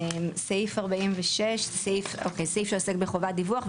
- בטל; סעיף 46 סעיף שעוסק בחובת דיווח,